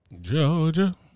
Georgia